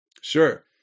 Sure